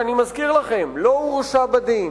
שאני מזכיר לכם: לא הורשע בדין.